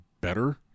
better